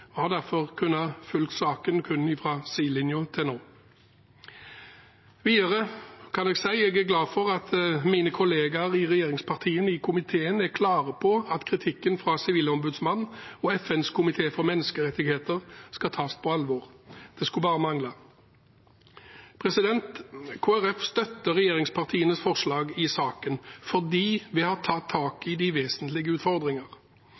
og har derfor til nå kun fulgt saken fra sidelinjen. Videre kan jeg si at jeg er glad for at mine kolleger i regjeringspartiene i komiteen er klare på at kritikken fra Sivilombudsmannen og FNs menneskerettighetskomité skal tas på alvor. Det skulle bare mangle. Kristelig Folkeparti støtter regjeringspartienes forslag i saken fordi vi har tatt